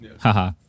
Haha